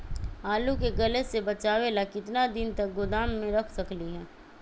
आलू के गले से बचाबे ला कितना दिन तक गोदाम में रख सकली ह?